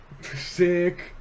Sick